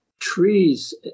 trees